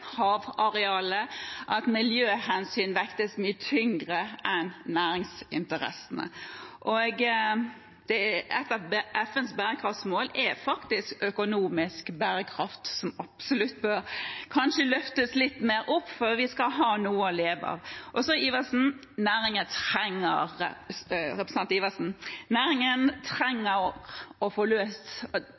havarealene, at miljøhensyn vektes mye tyngre enn næringsinteressene. Et av FNs bærekraftsmål er faktisk økonomisk bærekraft, som nok absolutt bør løftes litt mer opp, for vi skal ha noe å leve av. Så til representanten Adelsten Iversen: Næringen trenger å få løst